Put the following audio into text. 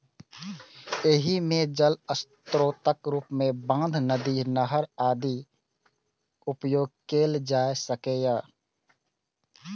एहि मे जल स्रोतक रूप मे बांध, नदी, नहर आदिक उपयोग कैल जा सकैए